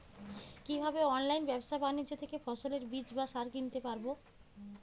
কীভাবে অনলাইন ব্যাবসা বাণিজ্য থেকে ফসলের বীজ বা সার কিনতে পারবো?